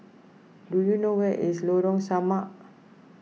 do you know where is Lorong Samak